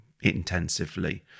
intensively